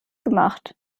gemacht